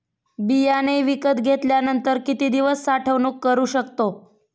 बियाणे विकत घेतल्यानंतर किती दिवस साठवणूक करू शकतो?